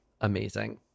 Amazing